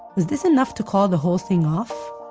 was this enough to call the whole thing off?